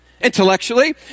Intellectually